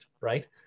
right